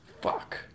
Fuck